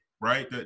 right